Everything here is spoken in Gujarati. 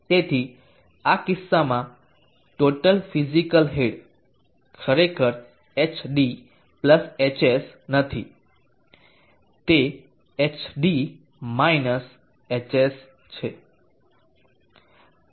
તેથી આ કિસ્સામાં ટોટલ ફીઝીકલ હેડ ખરેખર hd hs નથી તે hd - hs છે